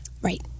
right